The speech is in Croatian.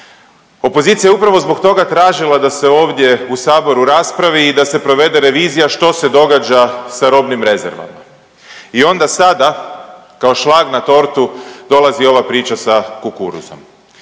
Opozicija je upravo zbog toga tražila da se ovdje u saboru raspravi i da se provode revizija što se događa sa robnim rezervama i onda sada kao šlag na tortu dolazi ova priča sa kukuruzom,